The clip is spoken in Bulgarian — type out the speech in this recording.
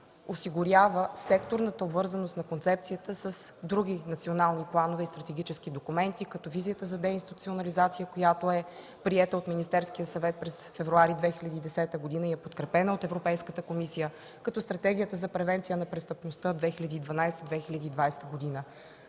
осигурява секторната обвързаност на концепцията с други национални планове и стратегически документи, като Визията за деинституционализация, която е приета от Министерския съвет през февруари 2010 г. и е подкрепена от Европейската комисия, като Стратегията за превенция на престъпността от 2012-2020 г.